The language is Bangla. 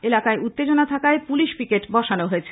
এলাকায় উত্তেজনা থাকায় পুলিশ পিকেট বসানো হয়েছে